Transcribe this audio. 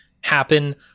happen